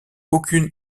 aucune